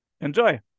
enjoy